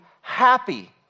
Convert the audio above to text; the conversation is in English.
happy